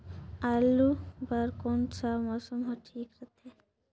आलू बार कौन सा मौसम ह ठीक रथे?